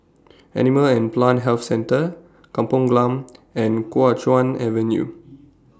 Animal and Plant Health Centre Kampong Glam and Kuo Chuan Avenue